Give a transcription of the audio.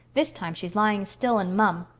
this time she's lying still and mum.